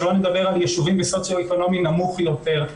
שלא לדבר על ישובים בסוציו אקונומי נמוך יותר,